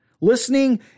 listening